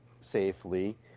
safely